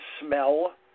smell